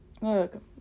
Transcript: look